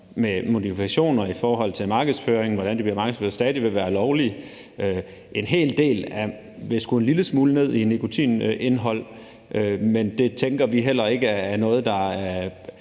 med modifikationer, i forhold til hvordan de bliver markedsført, stadig vil være lovlige. En hel del ville skulle en lille smule ned i nikotinindhold, men det tænker vi heller ikke er noget, der er